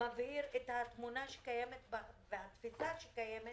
מבהיר את התמונה שקיימת והתפישה שקיימת